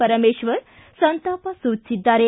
ಪರಮೇಶ್ವರ್ ಸಂತಾಪ ಸೂಚಿಸಿದ್ದಾರೆ